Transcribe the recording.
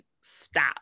stop